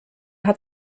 hat